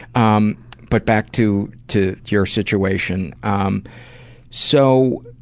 um but back to to your situation. um so